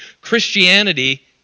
Christianity